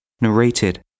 Narrated